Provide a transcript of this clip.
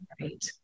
Right